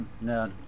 No